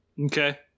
Okay